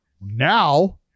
Now